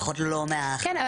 כן.